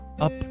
up